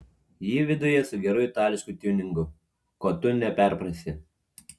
ji viduje su geru itališku tiuningu ko tu neperprasi